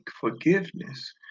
forgiveness